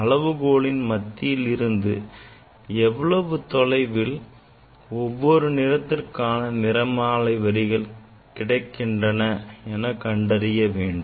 அளவுகோலின் மத்தியில் இருந்து எவ்வளவு தொலைவில் ஒவ்வொரு நிறத்திற்கான நிறமாலை வரிகள் கிடைக்கின்றன என கண்டறிய வேண்டும்